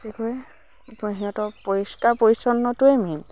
যি কৰে সিহঁতৰ পৰিষ্কাৰ পৰিচ্ছন্নটোৱে মেইন